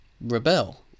Rebel